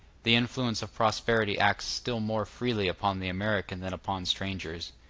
the influence of prosperity acts still more freely upon the american than upon strangers.